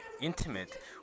intimate